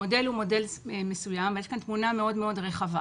המודל הוא מודל מסוים ויש כאן תמונה מאוד-מאוד רחבה.